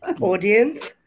Audience